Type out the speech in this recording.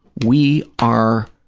we are